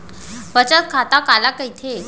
बचत खाता काला कहिथे?